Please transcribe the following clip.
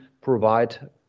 provide